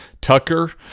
Tucker